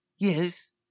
Yes